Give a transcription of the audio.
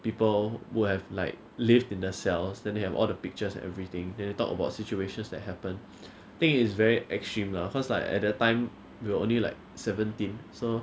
people will have like lived in their cells then they have all the pictures and everything then talk about situations that happened thing is very extreme lah because like at the time we were only like seventeen so